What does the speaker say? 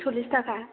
सल्लिस थाखा